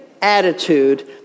attitude